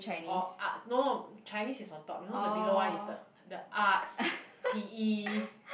or art no no chinese is on top you know the below one is the the arts p_e